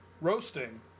roasting